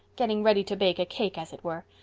getting ready to bake a cake as it were.